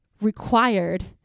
required